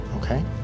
okay